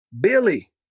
Billy